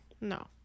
No